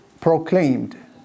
proclaimed